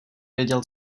věděl